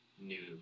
new